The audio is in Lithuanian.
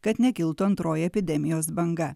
kad nekiltų antroji epidemijos banga